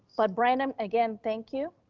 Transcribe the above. but brandon again, thank you,